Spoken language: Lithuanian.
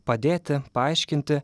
padėti paaiškinti